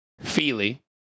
Feely